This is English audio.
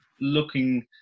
looking